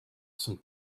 some